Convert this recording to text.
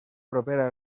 propera